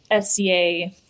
SCA